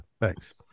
thanks